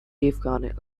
accounting